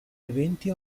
eventi